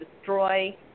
destroy